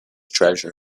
treasure